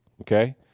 okay